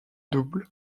double